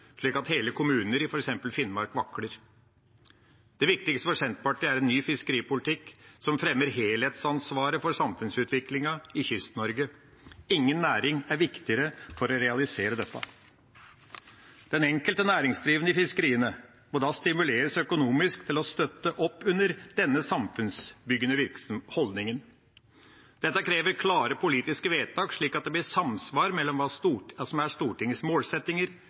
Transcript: slik at hele kommuner i f.eks. Finnmark vakler. Det viktigste for Senterpartiet er en ny fiskeripolitikk som fremmer helhetsansvaret for samfunnsutviklingen i Kyst-Norge. Ingen næring er viktigere for å realisere dette. Den enkelte næringsdrivende i fiskeriene må da stimuleres økonomisk til å støtte opp under denne samfunnsbyggende holdningen. Dette krever klare politiske vedtak, slik at det blir samsvar mellom hva som er Stortingets målsettinger, og hva som er Stortingets